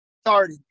started